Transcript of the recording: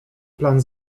plan